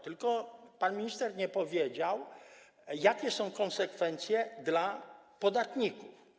Tylko pan minister nie powiedział, jakie są konsekwencje dla podatników.